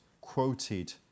quoted